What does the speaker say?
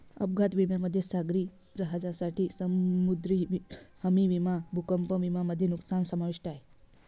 अपघात विम्यामध्ये सागरी जहाजांसाठी समुद्री हमी विमा भूकंप विमा मध्ये नुकसान समाविष्ट आहे